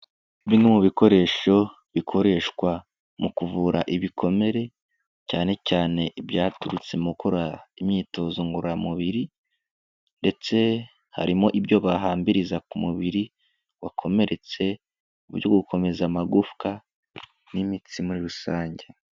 Bimwe mu bikoresho bikoreshwa mu kuvura ibikomere, cyane cyane ibyaturutse mu imyitozo ngororamubiri ndetse harimo ibyo bahambiriza ku mubiri wakomeretse, mu byo gukomeza amagufwa n'imitsi muri rusange.